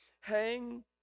hang